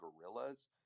gorillas